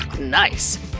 nice.